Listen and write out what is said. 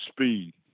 speed